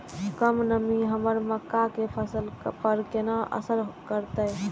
कम नमी हमर मक्का के फसल पर केना असर करतय?